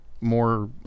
more